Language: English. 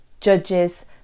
judges